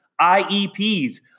IEPs